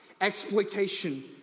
exploitation